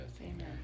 Amen